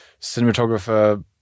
cinematographer